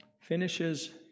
finishes